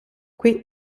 qui